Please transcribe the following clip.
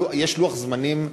יש לוח זמנים,